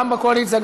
גם בקואליציה,